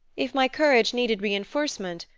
if my courage needed reinforcement,